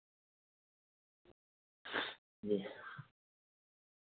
ते